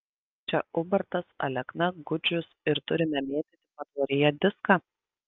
čia ubartas alekna gudžius ir turime mėtyti patvoryje diską